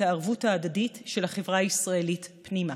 הערבות ההדדית של החברה הישראלית פנימה.